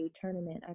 tournament